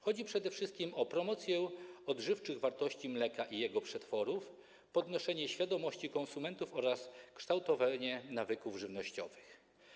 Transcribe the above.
Chodzi przede wszystkim o promocję odżywczych wartości mleka i jego przetworów, podnoszenie świadomości konsumentów oraz kształtowanie nawyków żywnościowych.